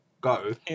go